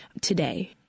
today